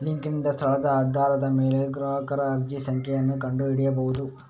ಲಿಂಕಿನಿಂದ ಸ್ಥಳದ ಆಧಾರದ ಮೇಲೆ ಗ್ರಾಹಕರ ಅರ್ಜಿ ಸಂಖ್ಯೆಯನ್ನು ಕಂಡು ಹಿಡಿಯಬಹುದು